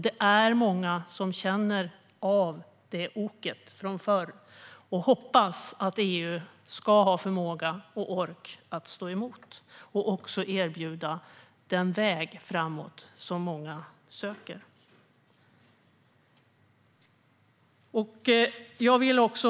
Det är många som känner av det oket från förr och hoppas att EU ska ha förmåga och ork att stå emot och erbjuda den väg framåt som många söker.